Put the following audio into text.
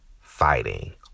fighting